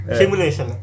simulation